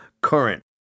current